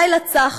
// לילה צח.